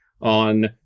on